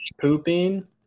pooping